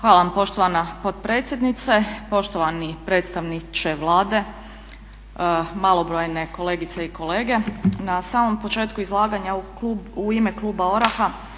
Hvala vam poštovana potpredsjednice, poštovani predstavniče Vlade, malobrojne kolegice i kolege. Na samom početku izlaganja u ime kluba ORAH-a